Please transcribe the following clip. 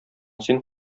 син